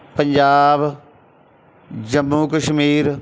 Punjab Jammu Kashmir